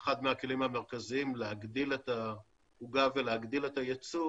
אחד מהכלים המרכזיים להגדיל את העוגה ולהגדיל את היצוא,